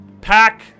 Pack